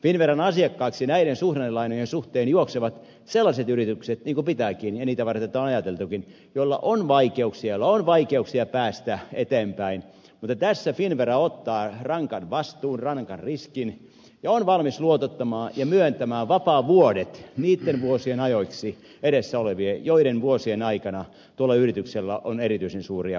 finnveran asiakkaaksi näiden suhdannelainojen suhteen juoksevat sellaiset yritykset niin kuin pitääkin ja niitä varten tämä on ajateltukin joilla on vaikeuksia päästä eteenpäin mutta tässä finnvera ottaa rankan vastuun rankan riskin ja on valmis luotottamaan ja myöntämään vapaavuodet niitten edessä olevien vuosien ajoiksi joiden vuosien aikana tuolla yrityksellä on erityisen suuria vaikeuksia